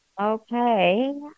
Okay